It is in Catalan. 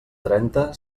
trenta